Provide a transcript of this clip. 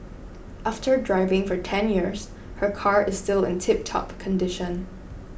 after driving for ten years her car is still in tiptop condition